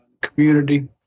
community